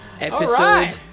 Episode